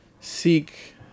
seek